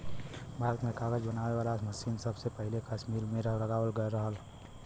भारत में कागज बनावे वाला मसीन सबसे पहिले कसमीर में लगावल गयल रहल